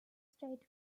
strait